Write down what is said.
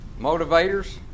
motivators